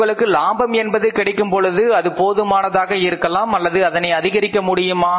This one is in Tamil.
உங்களுக்கு லாபம் என்பது கிடைக்கும்பொழுது அது போதுமானதாக இருக்கலாம் அல்லது அதனை அதிகரிக்க முடியுமா